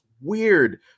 weird